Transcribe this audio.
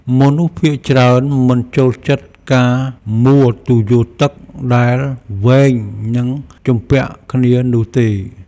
មនុស្សភាគច្រើនមិនចូលចិត្តការមូរទុយោទឹកដែលវែង និងជំពាក់គ្នានោះទេ។